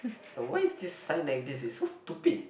so why is this sign like this is so stupid